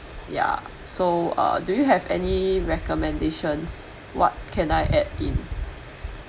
ya so uh do you have any recommendations what can I add in